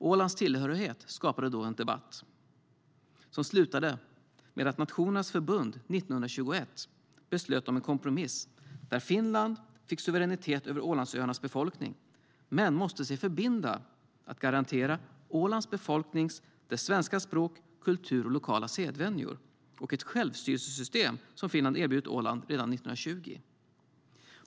Ålands tillhörighet skapade då en debatt som slutade med att Nationernas förbund 1921 beslöt om en kompromiss, där Finland fick suveränitet över Ålandsöarnas befolkning men måste förbinda sig att garantera Ålands befolkning dess svenska språk, kultur och lokala sedvänjor samt ett självstyrelsesystem som Finland erbjudit Åland redan 1920.